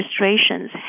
registrations